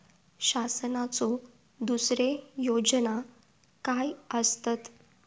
शासनाचो दुसरे योजना काय आसतत?